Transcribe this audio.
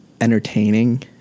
entertaining